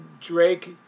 Drake